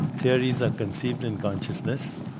theories are conceived in consciousness.